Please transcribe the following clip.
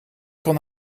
kon